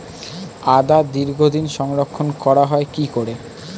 আদা দীর্ঘদিন সংরক্ষণ করা হয় কি করে?